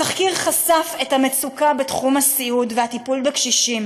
התחקיר חשף את המצוקה בתחום הסיעוד והטיפול בקשישים.